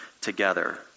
together